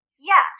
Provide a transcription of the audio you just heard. Yes